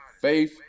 faith